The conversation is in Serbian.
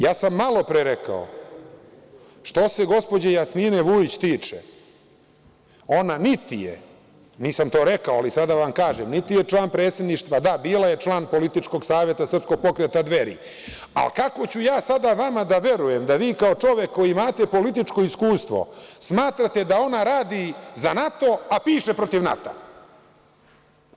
Ja sam malopre rekao, što se gospođe Jasmine Vujić tiče, ona niti je, nisam to rekao ali sada vam kažem, niti je član predsedništva, da bila je član političkog saveta Srpskog pokreta Dveri, ali kako ću ja sada vama da verujem da vi kao čovek koji imate političko iskustvo, smatrate da ona radi za NATO, a piše protiv NATO-a?